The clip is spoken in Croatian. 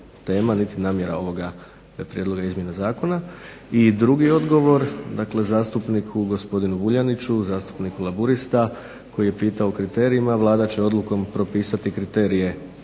niti namjera ovoga prijedloga izmjena zakona. I drugi odgovor dakle zastupniku gospodinu Vuljaniću, zastupniku Laburista koji je pitao o kriterijima. Vlada će odlukom propisati kriterije